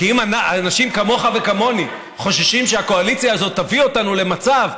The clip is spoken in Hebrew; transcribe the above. כי אם אנשים כמוך וכמוני חוששים שהקואליציה הזאת תביא אותנו למצב,